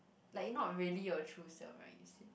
like you not really your true self like you said